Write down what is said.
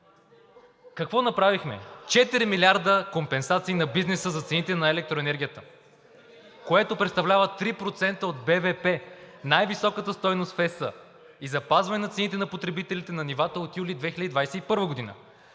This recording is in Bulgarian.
Какво направихме? 4 милиарда компенсации на бизнеса за цените на електроенергията, което представлява 3% от БВП – най високата стойност в Европейския съюз, и запазване на цените на потребителите на нивата от юли 2021 г.;